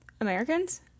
Americans